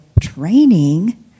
training